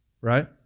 right